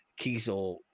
kiesel